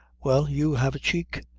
well, you have a cheek,